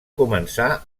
començar